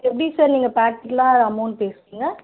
எப்படி சார் நீங்க பாக்கெட்டுக்கெலாம் அமௌன்ட் பேசுவீங்க